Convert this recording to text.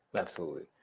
absolutely.